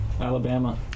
Alabama